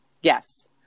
yes